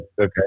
Okay